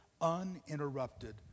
uninterrupted